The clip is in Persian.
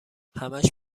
همش